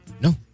No